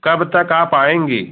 कब तक आप आएँगी